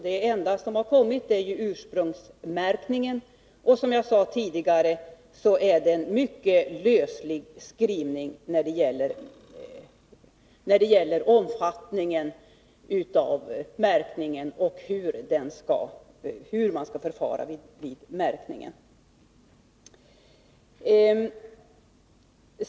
Det enda som har kommit är ursprungsmärkningen, och som jag sade tidigare är skrivningen mycket löslig när det gäller omfattningen av och förfarandet vid märkningen.